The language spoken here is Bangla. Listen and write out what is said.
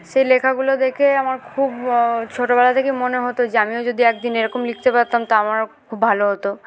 সেই লেখাগুলো দেখে আমার খুব ছোটবেলা থেকেই মনে হতো যে আমিও যদি একদিন এরকম লিখতে পারতাম তা আমারও খুব ভালো হতো